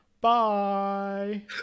Bye